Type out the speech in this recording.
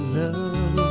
love